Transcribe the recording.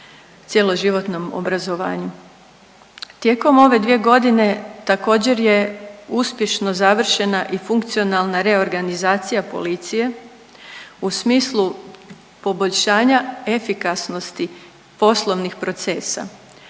cjeloživotnom obrazovanju. Tijekom ove dvije godine također je uspješno završena i funkcionalna reorganizacija policije u smislu poboljšanja efikasnosti poslovnih procesa,